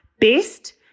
best